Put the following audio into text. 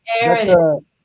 Aaron